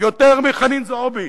מחנין זועבי,